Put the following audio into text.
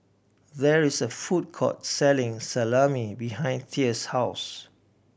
there is a food court selling Salami behind Thea's house